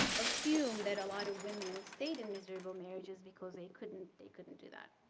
assume that a lot of women stayed in miserable marriages because they couldn't they couldn't do that.